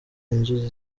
inzuzi